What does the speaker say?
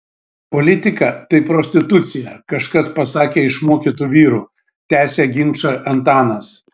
politika tai prostitucija kažkas pasakė iš mokytų vyrų tęsia ginčą antanas